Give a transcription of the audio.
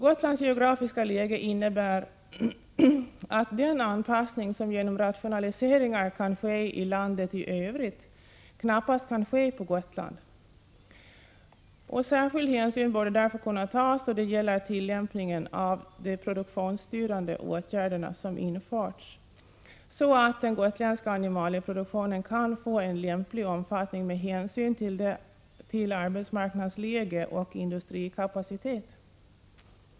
Gotlands geografiska läge innebär att den anpassning som genom rationalise 1 ringar kan ske i landet i övrigt knappast kan ske på Gotland. Särskild hänsyn borde därför kunna tas då det gäller tillämpningen av de produktionsstyrande åtgärder som har vidtagits, så att den gotländska animalieproduktionen kan få en lämplig omfattning med hänsyn till arbetsmarknadsläge och industrikapacitet.